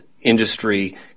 industry